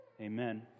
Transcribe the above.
Amen